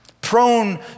Prone